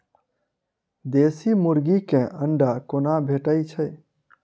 देसी मुर्गी केँ अंडा कोना भेटय छै?